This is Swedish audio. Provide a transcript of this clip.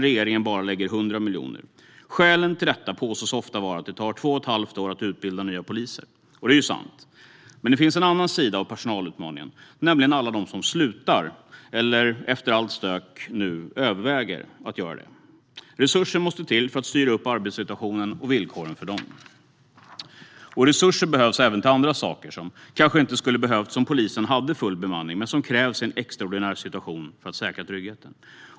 Regeringen lägger bara 100 miljoner. Skälen till detta påstås ofta vara att det tar två och ett halvt år att utbilda nya poliser. Det är sant. Men det finns en annan sida av personalutmaningen, nämligen de som slutar eller de som efter allt stök nu överväger att göra det. Resurser måste till för att styra upp arbetssituationen och villkoren för dem. Resurser behövs även till andra saker som kanske inte skulle ha behövts om polisen hade full bemanning. Men de krävs i en extraordinär situation för att säkra tryggheten.